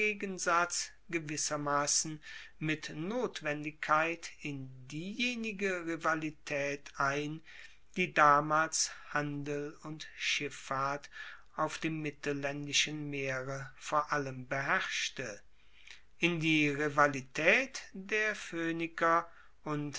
gewissermassen mit notwendigkeit in diejenige rivalitaet ein die damals handel und schiffahrt auf dem mittellaendischen meere vor allem beherrschte in die rivalitaet der phoeniker und